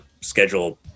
schedule